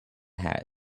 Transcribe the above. hat